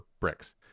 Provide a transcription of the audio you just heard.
bricks